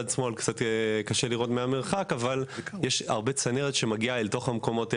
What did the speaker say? יש הרבה צנרת שמגיעה לתוך המקומות האלה,